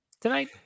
tonight